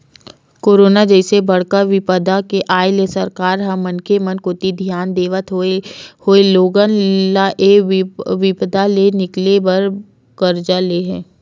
corona जइसे बड़का बिपदा के आय ले सरकार ह मनखे मन कोती धियान देवत होय लोगन ल ऐ बिपदा ले निकाले बर करजा ले हे